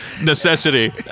necessity